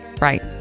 Right